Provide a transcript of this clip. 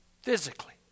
physically